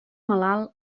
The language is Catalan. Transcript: malalt